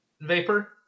vapor